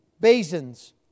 basins